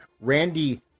Randy